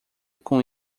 com